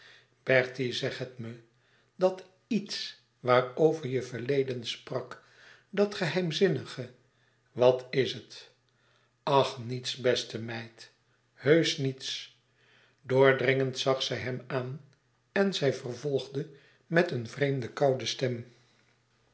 bertie zeg het me dat iets waarover je verleden sprak dat geheimzinnige wat is het ach niets beste meid heusch niets doordringend zag zij hem aan en zij vervolgde met eene vreemde koude stem